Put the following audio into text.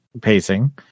pacing